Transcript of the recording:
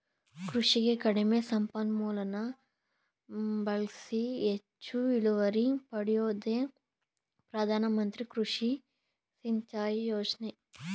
ಕೃಷಿಗೆ ಕಡಿಮೆ ಸಂಪನ್ಮೂಲನ ಬಳ್ಸಿ ಹೆಚ್ಚು ಇಳುವರಿ ಪಡ್ಯೋದೇ ಪ್ರಧಾನಮಂತ್ರಿ ಕೃಷಿ ಸಿಂಚಾಯಿ ಯೋಜ್ನೆ